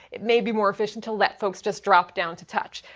it may be more efficient to let folks just drop down to touch.